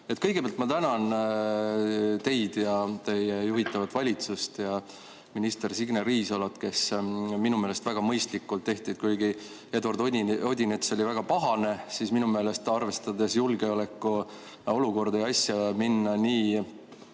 Kõigepealt ma tänan teid ja teie juhitavat valitsust ja minister Signe Riisalo, kes minu meelest väga mõistlikult tegi, kuigi Eduard Odinets oli väga pahane. Arvestades julgeolekuolukorda, siis minu